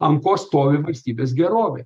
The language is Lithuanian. ant ko stovi valstybės gerovė